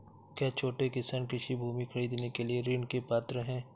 क्या छोटे किसान कृषि भूमि खरीदने के लिए ऋण के पात्र हैं?